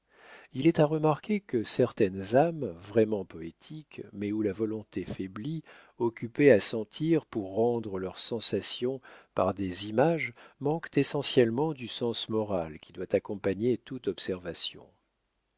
il est à remarquer que certaines âmes vraiment poétiques mais où la volonté faiblit occupées à sentir pour rendre leurs sensations par des images manquent essentiellement du sens moral qui doit accompagner toute observation